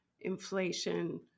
inflation